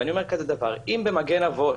אם במגן אבות,